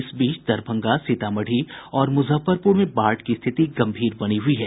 इस बीच दरभंगा सीतामढ़ी और मुजफ्फरपुर में बाढ़ की स्थिति गंभीर बनी हुई है